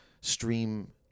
stream